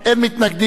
אין נמנעים.